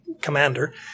commander